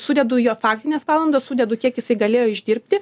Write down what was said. sudedu jo faktines valandas sudedu kiek jisai galėjo išdirbti